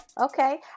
Okay